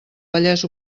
vallès